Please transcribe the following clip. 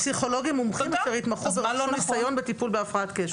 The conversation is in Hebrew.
פסיכולוגיה מומחים אחרי התמחות וניסיון בטיפול בהפרעת קשב.